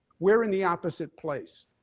we're in the opposite place.